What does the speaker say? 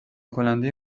کننده